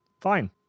Fine